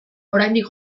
oraindik